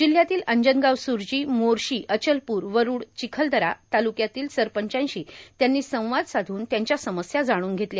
जिल्ह्यातील अंजनगाव सूर्जी मोर्शी अचलप्र वरूड चिखलदरा तालुक्यातील सरपंचांशी त्यांनी संवाद साधून त्यांच्या समस्या जाणून घेतल्या